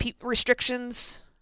restrictions